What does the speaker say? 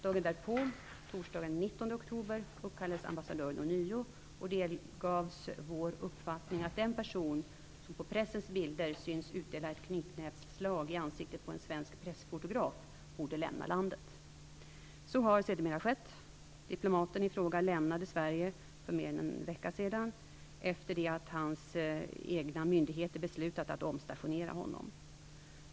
Dagen därpå, torsdagen den 19 oktober, uppkallades ambassadören ånyo och delgavs vår uppfattning att den person som på pressens bilder syns utdela ett knytnävsslag i ansiktet på en svensk pressfotograf borde lämna landet. Så har sedermera skett. Diplomaten ifråga lämnade Sverige för mer än en vecka sedan, efter det att hans egna myndigheter beslutat att omstationera honom.